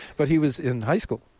but he was in high school,